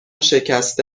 شکسته